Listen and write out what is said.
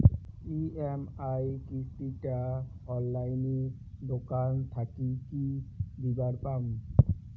EMI কিস্তি টা অনলাইনে দোকান থাকি কি দিবার পাম?